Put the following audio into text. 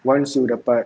once you dapat